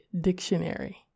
Dictionary